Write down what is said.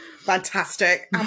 fantastic